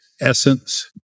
essence